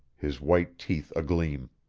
his white teeth agleam.